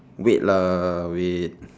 wait lah wait